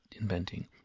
inventing